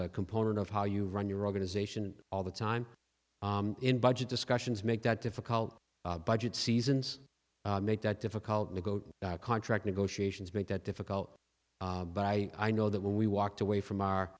a component of how you run your organization all the time in budget discussions make that difficult budget seasons make that difficult to go to contract negotiations make that difficult but i i know that when we walked away from our